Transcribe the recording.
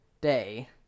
day